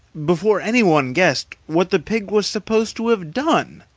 before any one guessed what the pig was supposed to have done.